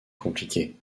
compliquée